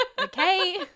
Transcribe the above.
Okay